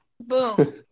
boom